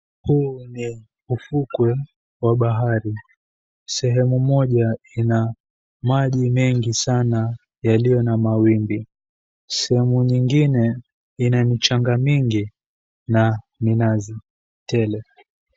Huu ni ufukwe wa bahari sehemu moja ina maji mengi sana na yaliyo na mawimbi. Sehemu nyingine ina michanga mingi na minazi tele.